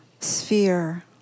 sphere